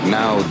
now